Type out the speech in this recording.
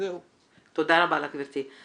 תודה לך, גברתי.